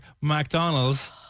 McDonald's